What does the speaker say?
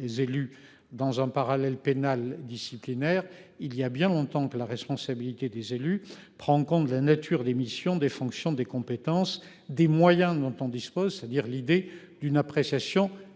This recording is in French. des élus dans un parallèle pénal disciplinaire. Il y a bien longtemps que la responsabilité des élus, prend en compte la nature l'émission des fonctions des compétences des moyens dont on dispose, c'est-à-dire l'idée d'une appréciation in